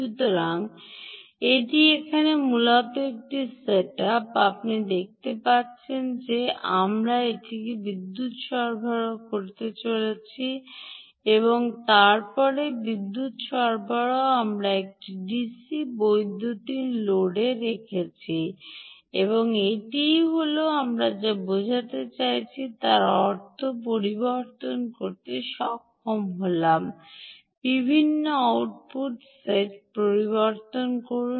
সুতরাং এটি এখানে মূলত একটি সেট আপ আপনি দেখতে পাচ্ছেন যে আমরা একটি বিদ্যুত সরবরাহ সরবরাহ করেছি তার উপরে বিদ্যুৎ সরবরাহ আমরা একটি ডিসি বৈদ্যুতিন লোড রেখেছি এবং এটিই হল আমরা যা বোঝাতে চাই তার অর্থ পরিবর্তন করতে সক্ষম হলাম বিভিন্ন আউটপুট স্রোত সেট করুন